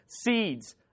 seeds